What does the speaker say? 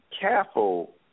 careful